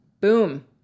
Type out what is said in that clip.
Boom